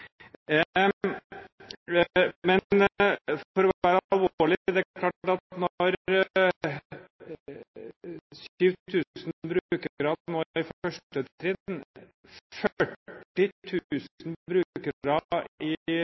Men for å være alvorlig: Det er klart at når 7 000 brukere nå i første trinn – 40 000 brukere i